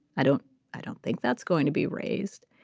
i don't i don't think that's going to be raised.